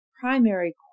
primary